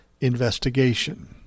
investigation